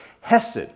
hesed